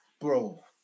Bro